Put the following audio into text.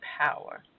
power